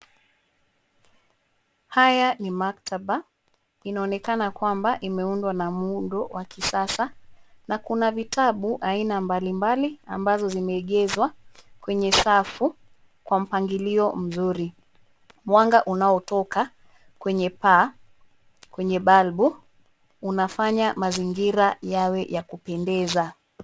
Haya ni maktaba. Inaonekana kwamba imeundwa na muundo wa kisasa na kuna vitabu aina mbalimbali ambazo zimeegezwa kwenye safu kwa mpangilio mzuri. Mwanga unautoka kwenye paa, kwenye balbu, unafanya mazingira yawe ya kupendeza.